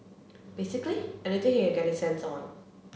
basically anything he can get his hands on